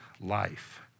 life